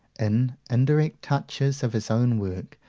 in indirect touches of his own work,